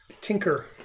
tinker